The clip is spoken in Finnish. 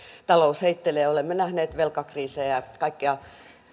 talous heittelee ja olemme nähneet velkakriisejä ja kaikkea